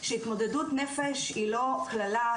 שהתמודדות נפש היא לא קללה,